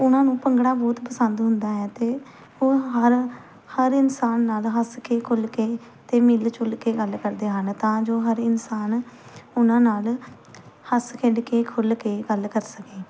ਉਹਨਾਂ ਨੂੰ ਭੰਗੜਾ ਬਹੁਤ ਪਸੰਦ ਹੁੰਦਾ ਹੈ ਅਤੇ ਉਹ ਹਰ ਹਰ ਇਨਸਾਨ ਨਾਲ ਹੱਸ ਕੇ ਖੁੱਲ੍ਹ ਕੇ ਅਤੇ ਮਿਲ ਜੁਲ ਕੇ ਗੱਲ ਕਰਦੇ ਹਨ ਤਾਂ ਜੋ ਹਰ ਇਨਸਾਨ ਉਹਨਾਂ ਨਾਲ ਹੱਸ ਖੇਡ ਕੇ ਖੁੱਲ੍ਹ ਕੇ ਗੱਲ ਕਰ ਸਕੇ